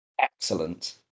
Excellent